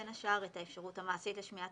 בין השאר את האפשרות המעשית לשמיעת